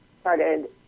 started